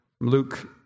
Luke